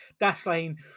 Dashlane